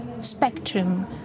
spectrum